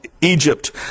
Egypt